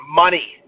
money